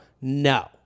no